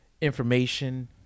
information